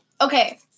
Okay